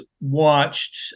watched